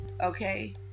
okay